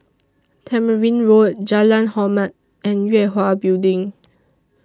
Tamarind Road Jalan Hormat and Yue Hwa Building